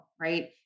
right